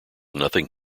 nothing